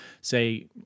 say